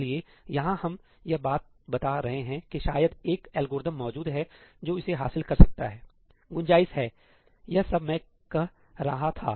इसलिए यहां हम यह बात बता रहे हैं कि शायद एक एल्गोरिथ्म मौजूद है जो इसे हासिल कर सकता हैगुंजाइश हैयह सब मैं कह रहा था